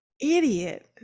idiot